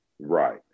Right